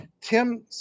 Tim